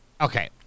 Okay